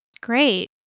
Great